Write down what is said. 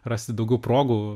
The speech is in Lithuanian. rasti daugiau progų